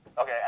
okay